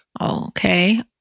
okay